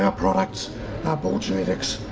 ah products are bull genetics,